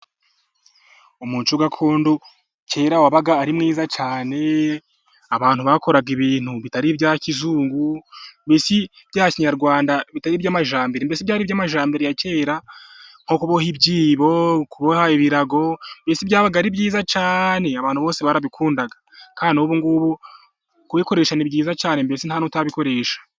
Umuco gakondo kera wabaga ari mwiza cyane, abantu bakoraga ibintu bitari ibya kizungu. Ibya kinyarwanda bita iby'amajyambere mbese byariri iby'amajyambere ya kera nko kuboha ibyibo. Kuboha byabaga ari byiza cyane abantu bose barabikundaga kandi ubu ngubu kubikoresha ni byiza cyane mbese ntamuntu utabikoresha.